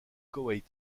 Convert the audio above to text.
koweït